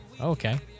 Okay